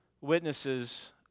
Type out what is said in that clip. witnesses